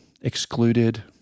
excluded